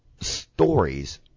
stories